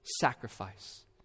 sacrifice